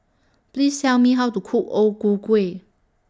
Please Tell Me How to Cook O Ku Kueh